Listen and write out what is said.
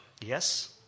Yes